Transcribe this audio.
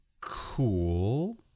Cool